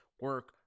Work